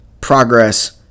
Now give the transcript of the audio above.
Progress